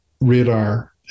radar